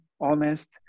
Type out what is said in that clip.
honest